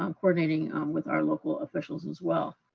um coordinating with our local officials as well.